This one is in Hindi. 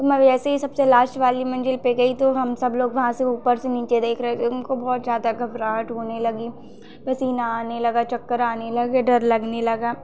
तो मैं वैसे ही सबसे लास्ट वाली मंज़िल पर गई तो हम सब लोग वहाँ से ऊपर से नीचे देख रहे तो उनको बहुत ज़्यादा घबराहट होने लगी पसीना आने लगा चक्कर आने लगे डर लगने लगा